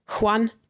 Juan